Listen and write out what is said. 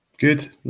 Good